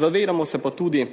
zavedamo se pa tudi